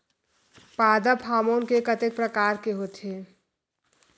पादप हामोन के कतेक प्रकार के होथे?